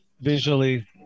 visually